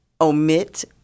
omit